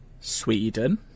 Sweden